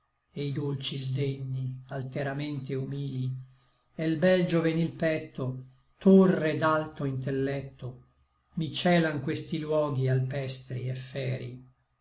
e i dolci sdegni alteramente humili e l bel giovenil petto torre d alto intelletto i celan questi luoghi alpestri et feri